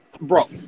bro